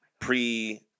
pre